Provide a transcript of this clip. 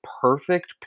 perfect